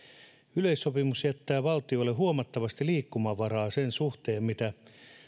yleissopimus jättää valtioille huomattavasti liikkumavaraa sen suhteen mitä